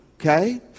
okay